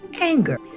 anger